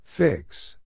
Fix